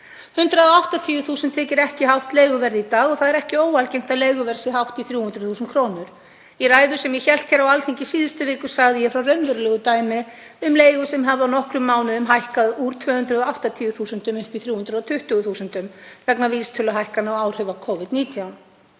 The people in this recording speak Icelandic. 180.000 kr. þykir ekki hátt leiguverð í dag og það er ekki óalgengt að leiguverð sé hátt í 300.000 kr. á mánuði. Í ræðu sem ég hélt hér á Alþingi í síðustu viku sagði ég frá raunverulegu dæmi um leigu sem hefði á nokkrum mánuðum hækkað úr 280.000 upp í 320.000 vegna vísitöluhækkana og áhrifa Covid-19.